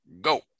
go